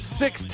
six